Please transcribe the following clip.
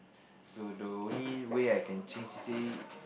so the only way I can change c_c_a